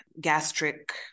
gastric